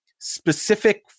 specific